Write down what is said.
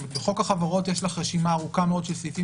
בחוק החברות יש לך רשימה ארוכה של סעיפים